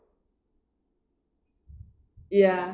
ya